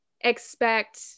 expect